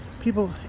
People